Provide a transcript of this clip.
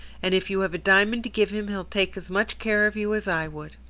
and if you have a diamond to give him he'll take as much care of you as i would.